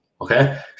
okay